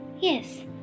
Yes